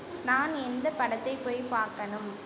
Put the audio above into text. நான் எந்த படத்தை போய் பார்க்கணும்